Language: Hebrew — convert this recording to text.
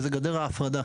וזה גדר ההפרדה.